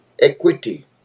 equity